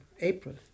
April